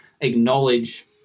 acknowledge